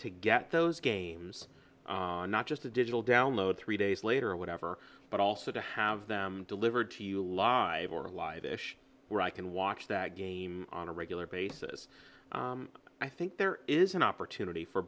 to get those games not just a digital download three days later or whatever but also to have them delivered to you live or a live issue where i can watch that game on a regular basis i think there is an opportunity for